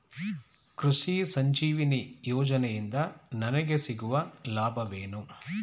ಕೃಷಿ ಸಂಜೀವಿನಿ ಯೋಜನೆಯಿಂದ ನನಗೆ ಸಿಗುವ ಲಾಭವೇನು?